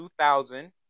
2000